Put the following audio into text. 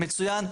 מצוין,